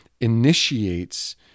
initiates